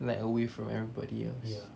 like away from everybody else